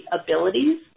abilities